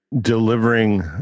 delivering